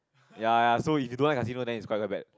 ya ya so if you don't like casino then it's quite quite bad